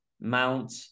Mount